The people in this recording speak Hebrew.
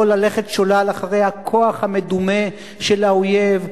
ללכת שולל אחרי הכוח המדומה של האויב,